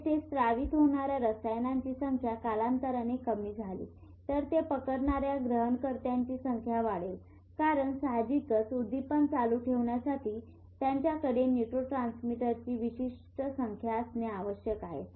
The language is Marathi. येथे स्रावित होणाऱ्या रसायनांची संख्या कालांतराने कमी झाली तर ते पकडणाऱ्या ग्रहणकर्त्यांची संख्या वाढेल कारण साहजिकच उद्दीपन चालू ठेवण्यासाठी त्यांच्याकडे न्यूरोट्रांसमीटरची विशिष्ट संख्या असणे आवश्यक आहे